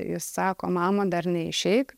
jis sako mama dar neišeik